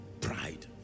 Pride